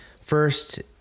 first